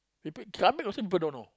people Islamic people also don't know